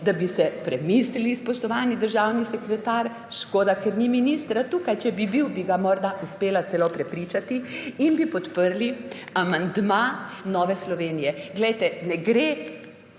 da bi si premislili, spoštovani državni sekretar – škoda, ker ni ministra tukaj, če bi bil, bi ga morda uspela celo prepričati -, in bi podprli amandma Nove Slovenije. Glejte, ne gre